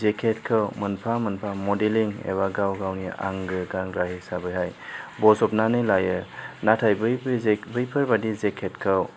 जेकेटखौ मोनफा मोनफा मडेलिं एबा गाव गावनि आंगो गानग्रा हिसाबैहाय बज'बनानै लायो नाथाय बैफोर जेकेट बैफोर बादि जेकेटखौ